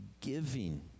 giving